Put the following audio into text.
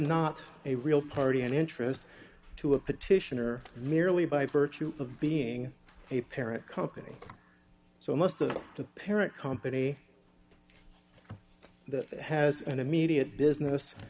not a real party and interest to a petitioner merely by virtue of being a parent company so most of the parent company that it has an immediate business